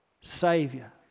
savior